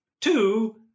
two